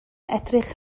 edrych